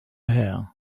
hair